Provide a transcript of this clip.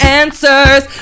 answers